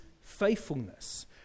faithfulness